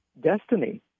destiny